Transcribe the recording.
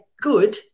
good